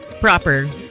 proper